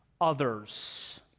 others